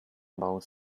about